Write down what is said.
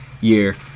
year